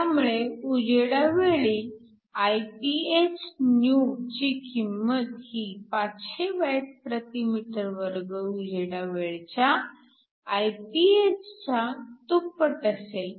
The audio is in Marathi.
त्यामुळे उजेडावेळी Iphnew ची किंमत ही 500Wm2 उजेडावेळच्या Iph च्या दुप्पट असेल